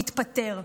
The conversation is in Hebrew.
התפטר.